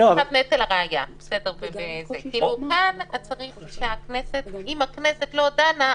אם הכנסת לא דנה,